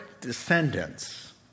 descendants